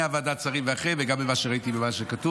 ועדת השרים וגם אחריה וגם ממה שראיתי שכתוב,